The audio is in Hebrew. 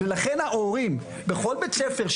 לכן ההורים בכל בית ספר,